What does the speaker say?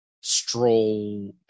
Stroll